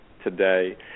today